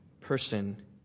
person